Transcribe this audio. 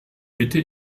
bitte